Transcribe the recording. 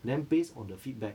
then based on the feedback